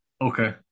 okay